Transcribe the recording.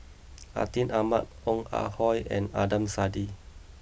Atin Amat Ong Ah Hoi and Adnan Saidi